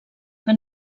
que